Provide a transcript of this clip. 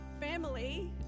family